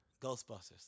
Ghostbusters